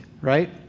right